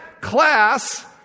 class